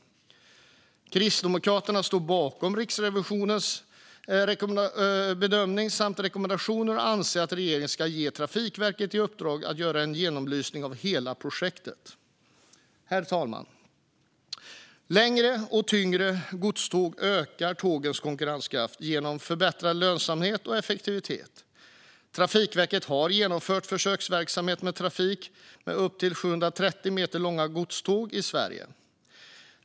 Kristdemokraterna står bakom Riksrevisionens bedömning samt rekommendationer, och vi anser att regeringen ska ge Trafikverket i uppdrag att göra en genomlysning av hela projektet. Herr talman! Längre och tyngre godståg ökar tågens konkurrenskraft genom förbättrad lönsamhet och effektivitet. Trafikverket har genomfört försöksverksamhet med trafik med upp till 730 meter långa godståg i Sverige.